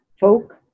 folk